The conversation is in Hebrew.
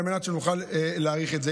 על מנת שנוכל להאריך את זה,